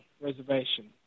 reservation